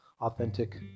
authentic